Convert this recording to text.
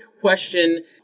question